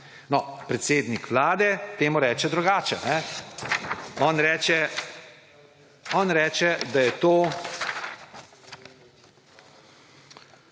No, predsednik Vlade temu reče drugače. On reče: »Najprej